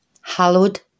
hallowed